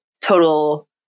total